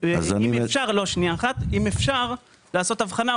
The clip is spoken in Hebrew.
אם אפשר לעשות הבחנה,